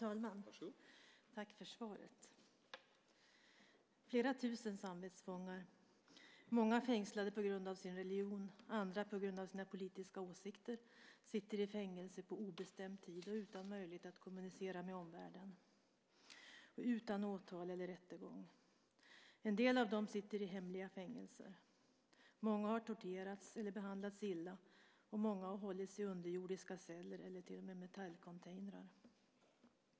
Herr talman! Tack för svaret! Flera tusen samvetsfångar, många fängslade på grund av sin religion och andra på grund av sina politiska åsikter, sitter i fängelse på obestämd tid och utan möjlighet att kommunicera med omvärlden och utan åtal eller rättegång. En del av dem sitter i hemliga fängelser. Många har torterats eller behandlats illa, och många har hållits i underjordiska celler eller till och med metallcontainrar.